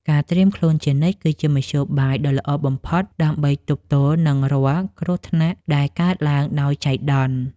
ការត្រៀមខ្លួនជានិច្ច គឺជាមធ្យោបាយដ៏ល្អបំផុតដើម្បីទប់ទល់នឹងរាល់គ្រោះថ្នាក់ដែលកើតឡើងដោយចៃដន្យ។